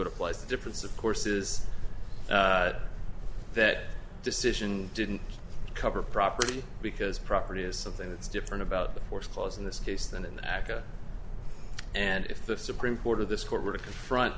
it applies to difference of course is that decision didn't cover property because property is something that's different about the fourth clause in this case than in the aca and if the supreme court of this court were to confront